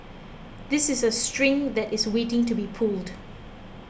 this is a string that is waiting to be pulled